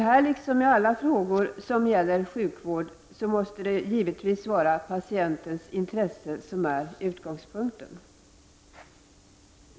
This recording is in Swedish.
Här liksom i alla frågor som gäller sjukvård måste givetvis patientens intresse vara utgångspunkten.